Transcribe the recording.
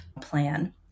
plan